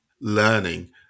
learning